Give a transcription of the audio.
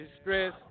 stress